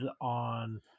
on